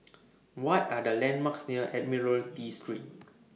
What Are The landmarks near Admiralty Street